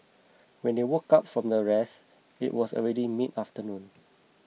when they woke up from their rest it was already midafternoon